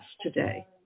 today